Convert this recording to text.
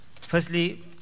Firstly